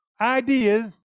ideas